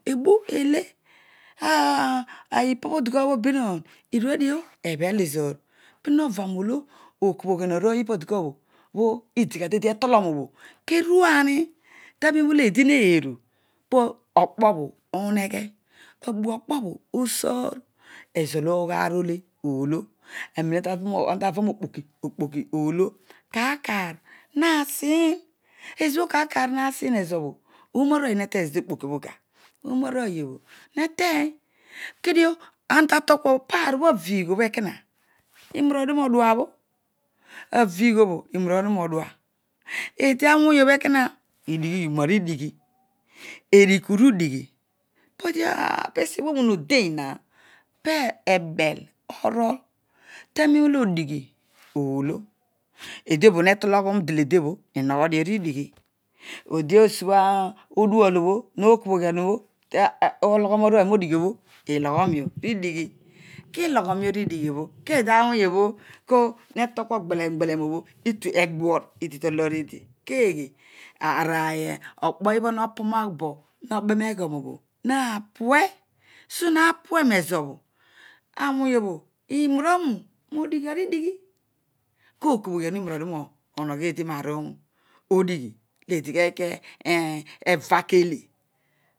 Ebu ele ipan dekua bo beenaan nuedu ebhel ezoor kuo karoole okobho ghian arooy ibha kua obha bho idigha tetoh obho kiruani tanero o eedi yeeni po okpobho oneghe abua okpobho ogoor ozon ogha aar ole oolo aroero olo ontava reo kpokioelo kaar kaar nasim, ezobho kaar tar nasina ezobho oomarooy neteny zedi okpoki obho ga? Oonarooyio nete kedio anta tokua paro bho avigh obho ekana inamedio rooduabho, avigh obho inaradio roodua, eedi awony obho ekona idighiyio man dighi ekona idighyio nandighi edikundighi pedial pesiobho onin deun tan olo odighi oolo, odiobobha netologhu delede bho inogho dio ridighi odi odug oblo nokobhoghian obho ologhom arooy modighiobho eloghomio ridighi kiloghoro dio roidighi obho keedi awoory bho ko ne tokua gbele ngbe len obho itu egbiror idi ta loor eedi keeghe aar na pue so napue nezobho awony obho irora roy roodighi andighi kokobhoghiah irogradio roonogho eedi aar olo odighi lo eedi keghi keva reaar olo ole